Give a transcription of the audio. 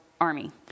army